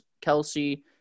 kelsey